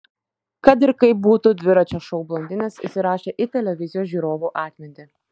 kad ir kaip būtų dviračio šou blondinės įsirašė į televizijos žiūrovų atmintį